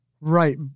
Right